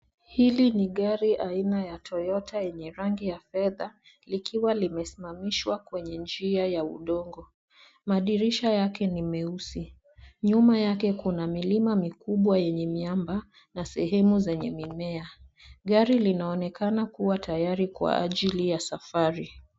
Hili ni gari aina ya "Toyota" yenye rangi ya fedha, likiwa limesimamishwa kwenye njia ya udongo. Madirisha yake ni meusi. Nyuma yake kuna milima mikubwa yenye miamba na sehemu zenye mimea. Gari linaonekana kuwa tayari kwa ajili ya safari.